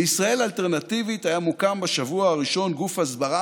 בישראל האלטרנטיבית היה מוקם בשבוע הראשון גוף הסברה,